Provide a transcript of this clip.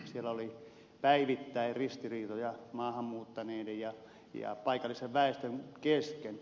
siellä oli päivittäin ristiriitoja maahan muuttaneiden ja paikallisen väestön kesken